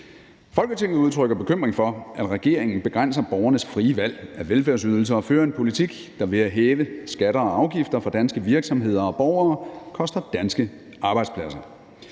Folketinget udtrykker bekymring for, at regeringen begrænser borgernes frie valg af velfærdsydelser og fører en politik, der ved at hæve skatter og afgifter for danske virksomheder og borgere koster danske arbejdspladser.